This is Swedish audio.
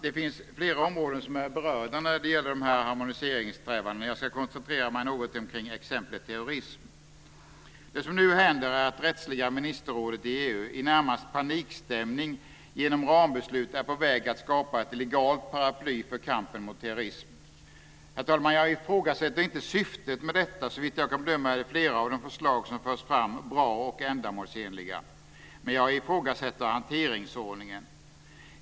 De finns flera områden som är berörda av de här harmoniseringssträvandena. Jag ska koncentrera mig något på exemplet terrorism. Det som nu händer är att rättsliga ministerrådet i EU i närmast panikstämning genom rambeslut är på väg att skapa ett legalt paraply för kampen mot terrorism. Herr talman! Jag ifrågasätter inte syftet med detta. Såvitt jag kan bedöma är flera av de förslag som förs fram bra och ändamålsenliga. Men jag ifrågasätter hanteringsordningen.